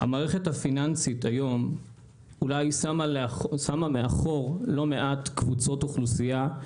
המערכת הפיננסית היום שמה מאחור לא מעט קבוצות אוכלוסייה,